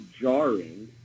jarring